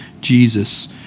Jesus